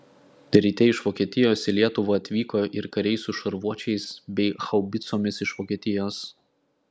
ryte iš vokietijos į lietuvą atvyko ir kariai su šarvuočiais bei haubicomis iš vokietijos